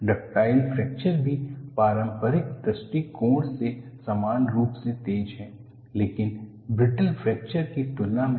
ductile fracture भी पारंपरिक दृष्टिकोण से समान रूप से तेज है लेकिन ब्रिटल फ्रैक्चर की तुलना में यह धीमा है